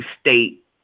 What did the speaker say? state